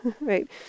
right